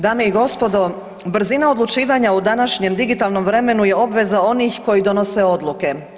Dame i gospodo, brzina odlučivanja u današnjem digitalnom vremenu je obveza onih koji donose odluke.